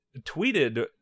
tweeted